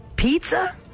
pizza